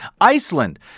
Iceland